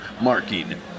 Marking